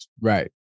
Right